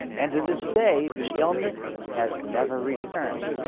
and to this day the illness has never returned.